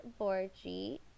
Borgi